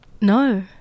No